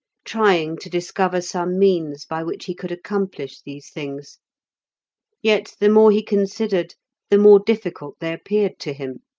trying to discover some means by which he could accomplish these things yet the more he considered the more difficult they appeared to him.